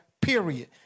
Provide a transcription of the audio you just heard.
period